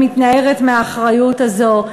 היא מתנערת מהאחריות הזאת.